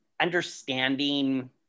understanding